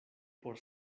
por